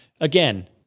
again